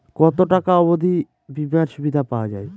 কত টাকা অবধি বিমার সুবিধা পাওয়া য়ায়?